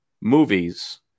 movies